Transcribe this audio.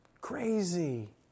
crazy